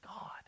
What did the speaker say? God